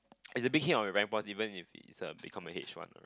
is a big hit of your rank points even if it's become a H one